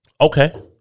Okay